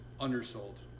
undersold